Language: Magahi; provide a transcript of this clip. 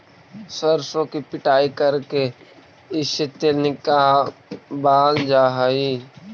सरसों की पिड़ाई करके इससे तेल निकावाल जा हई